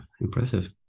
impressive